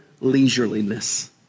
leisureliness